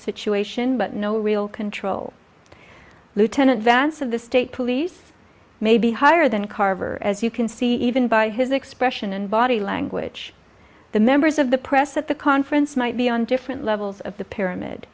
situation but no real control lieutenant vance of the state police maybe higher than carver as you can see even by his expression and body language the members of the press at the conference might be on different levels of the pyramid